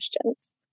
questions